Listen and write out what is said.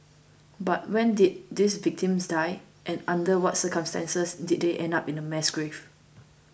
but when did these victims die and under what circumstances did they end up in a mass grave